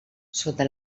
sota